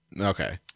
Okay